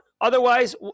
Otherwise